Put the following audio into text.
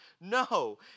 No